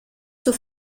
zur